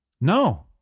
no